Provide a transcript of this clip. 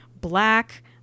black